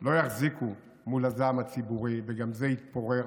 לא יחזיקו מול הזעם הציבורי וגם זה יתפורר.